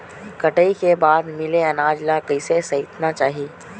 कटाई के बाद मिले अनाज ला कइसे संइतना चाही?